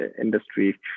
Industry